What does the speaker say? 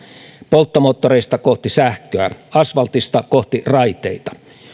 polttomoottoreista kohti sähköä asfaltista kohti raiteita